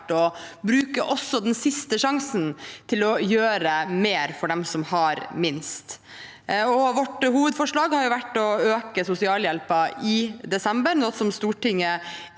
også den siste sjansen til å gjøre mer for dem som har minst. Vårt hovedforslag har vært å øke sosialhjelpen i desember, noe som et